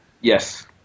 Yes